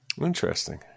Interesting